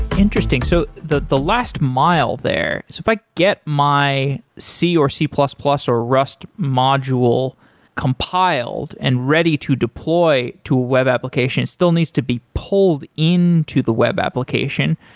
interesting. so the the last mile there, so if i get my c or c plus plus or rust module compiled and ready to deploy to web applications, it still needs to be pulled into the web application.